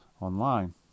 online